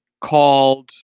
called